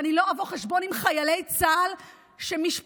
ואני לא אבוא חשבון עם חיילי צה"ל שמשפחותיהם